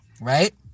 right